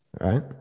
right